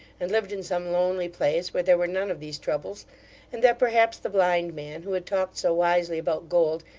and lived in some lonely place, where there were none of these troubles and that perhaps the blind man, who had talked so wisely about gold,